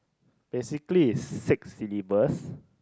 basically is six syllables